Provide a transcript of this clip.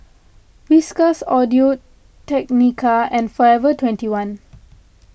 Whiskas Audio Technica and forever twenty one